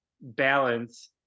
balance